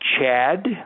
chad